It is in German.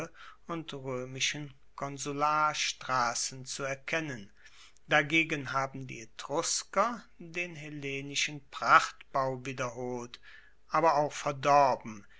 und roemischen konsularstrassen zu erkennen dagegen haben die etrusker den hellenischen prachtbau wiederholt aber auch verdorben